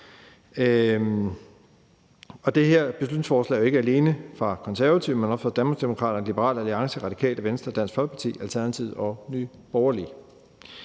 Det her beslutningsforslag er jo ikke alene fra Konservative, men også fra Danmarksdemokraterne, Liberal Alliance, Radikale Venstre, Dansk Folkeparti, Alternativet og Nye Borgerlige.